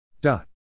Dot